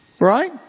Right